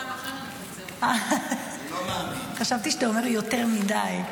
אה, חשבתי שאתה אומר יותר מדי.